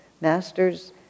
Master's